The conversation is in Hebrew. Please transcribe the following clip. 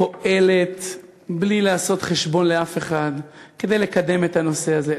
פועלת בלי לעשות חשבון לאף אחד כדי לקדם את הנושא הזה,